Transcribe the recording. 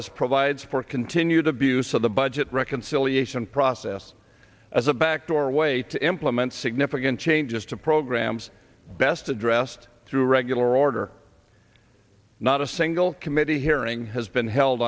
us provides for continued abuse of the budget reconciliation process as a backdoor way to implement significant changes to programs best addressed through regular order not a single committee hearing has been held